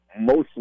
mostly